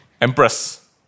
Empress